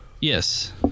Yes